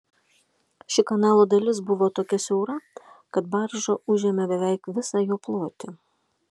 ši kanalo dalis buvo tokia siaura kad barža užėmė beveik visą jo plotį